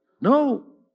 No